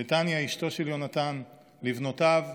לטניה, אשתו של יונתן, לבנותיו,